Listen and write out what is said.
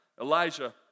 Elijah